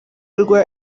rwa